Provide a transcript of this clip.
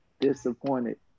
disappointed